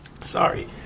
Sorry